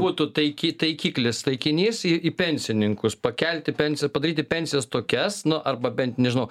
būtų taiki taikiklis taikinys į į pensininkus pakelti pensiją padaryti pensijas tokias nu arba bent nežinau